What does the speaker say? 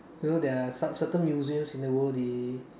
you know there are such certain museums in the world they